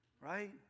right